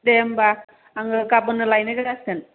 दे होम्बा आङो गाबोननो लायनाय जासिगोन